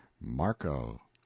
Marco